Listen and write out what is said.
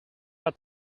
met